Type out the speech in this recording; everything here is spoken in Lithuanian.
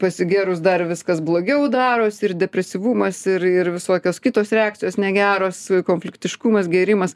pasigėrus dar viskas blogiau darosi ir depresyvumas ir ir visokios kitos reakcijos negeros konfliktiškumas gėrimas